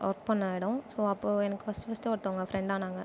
work பண்ண இடம் so அப்போ எனக்கு ஃபஸ்ட் ஃபஸ்ட்டு ஒருத்தவங்கள் ஃப்ரெண்டானாக